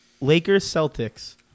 Lakers-Celtics